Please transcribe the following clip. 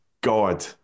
God